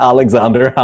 Alexander